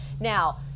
Now